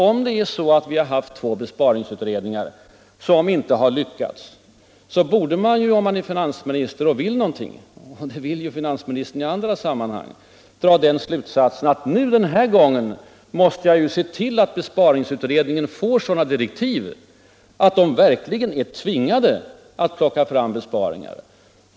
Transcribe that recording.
Om vi har haft två besparingsutredningar som inte lyckats, borde man ju, om man är finansminister och vill någonting — och det vill ju finansministern i andra sammanhang — dra den slutsatsen att den här gången måste jag se till att besparingsutredningen får sådana direktiv att den är tvingad att plocka fram besparingar.